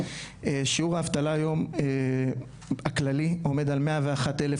שיעור האבטלה היום כללי עומד על 101 אלף